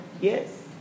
Yes